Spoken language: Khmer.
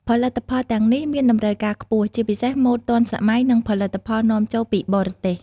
ផលិតផលទាំងនេះមានតម្រូវការខ្ពស់ ជាពិសេសម៉ូដទាន់សម័យ ឬផលិតផលនាំចូលពីបរទេស។